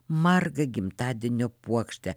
margą gimtadienio puokštę